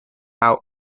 out